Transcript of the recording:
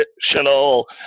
traditional